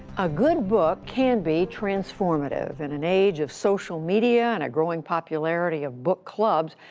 a good book can be transformative. in an age of social media and a growing popularity of book clubs,